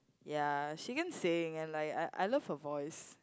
ya she can sing and like I I love her voice